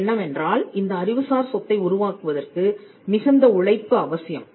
அது என்னவென்றால் இந்த அறிவுசார் சொத்தை உருவாக்குவதற்கு மிகுந்த உழைப்பு அவசியம்